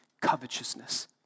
covetousness